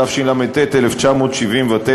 התשל"ט 1979,